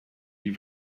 die